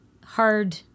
hard